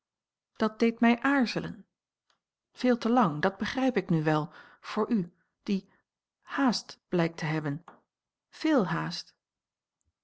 een omweg veel te lang dat begrijp ik nu wel voor u die haast blijkt te hebben veel haast